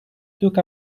took